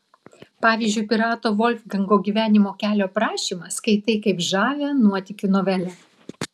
pavyzdžiui pirato volfgango gyvenimo kelio aprašymą skaitai kaip žavią nuotykių novelę